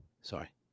Sorry